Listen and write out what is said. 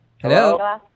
Hello